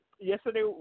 yesterday